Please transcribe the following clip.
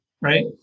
right